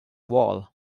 wall